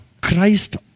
Christ